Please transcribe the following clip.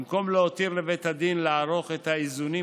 במקום להותיר לבית הדין לערוך את האיזונים